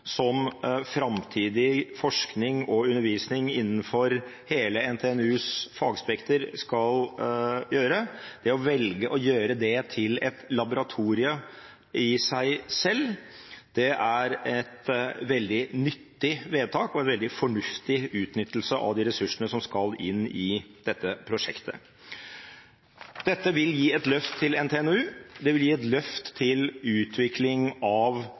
som framtidig forskning og undervisning innenfor hele NTNUs fagspekter skal gjøre – til et laboratorium i seg selv, er et veldig nyttig vedtak og en veldig fornuftig utnyttelse av de ressursene som skal inn i dette prosjektet. Dette vil gi et løft for NTNU, det vil gi et løft for utvikling av